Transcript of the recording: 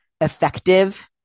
effective